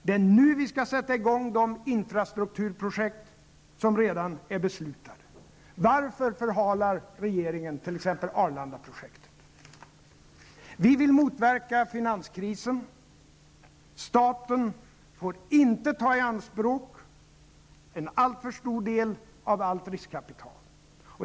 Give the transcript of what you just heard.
Det är nu vi skall sätta i gång de infrastrukturprojekt som redan är beslutade. Varför förhalar regeringen t.ex. Vi vill motverka finanskrisen. Staten får inte ta i anspråk en alltför stor del av allt riskkapital.